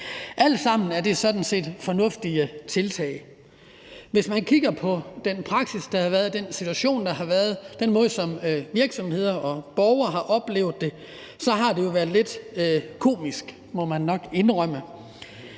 alt sammen sådan set fornuftige tiltag. Hvis man kigger på den praksis, der har været, den situation, der har været, den måde, som virksomheder og borgere har oplevet det på, har det jo været lidt komisk, må man nok indrømme.